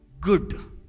good